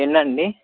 ఎన్ని అండి